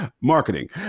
marketing